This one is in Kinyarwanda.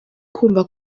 kumva